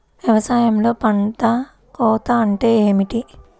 వ్యవసాయంలో పంట కోత అంటే ఏమిటి?